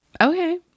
Okay